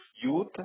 youth